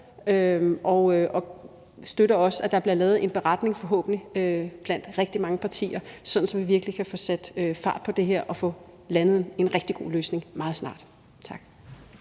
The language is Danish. og støtter også, at der bliver lavet en beretning blandt forhåbentlig rigtig mange partier, så vi virkelig kan få sat fart på det her og få landet en rigtig god løsning meget snart. Tak.